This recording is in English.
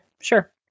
Sure